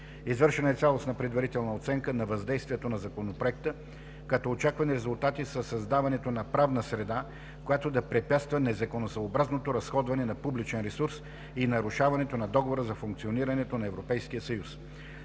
Извършена е цялостна предварителна оценка на въздействието на Законопроекта като очаквани резултати са създаването на правна среда, която да препятства незаконосъобразното разходване на публичен ресурс и нарушаването на Договора за функционирането на Европейския съюз.